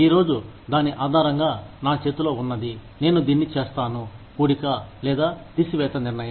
ఈరోజు దాని ఆధారంగా నా చేతిలో ఉన్నది నేను దీన్ని చేస్తాను కూడిక లేదా తీసివేత నిర్ణయం